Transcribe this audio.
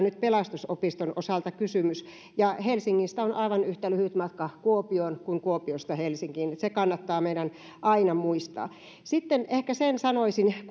nyt pelastusopiston kysymys ja helsingistä on aivan yhtä lyhyt matka kuopioon kuin kuopiosta helsinkiin se kannattaa meidän aina muistaa sitten ehkä sen sanoisin